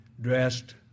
dressed